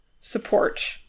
support